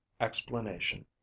explanation